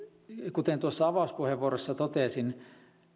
kuten tuossa avauspuheenvuorossa totesin että